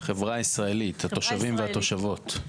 החברה הישראלית, התושבים והתושבות.